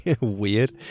weird